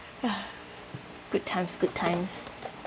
ya good times good times